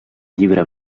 llibre